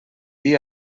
dir